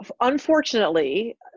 Unfortunately